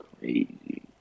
crazy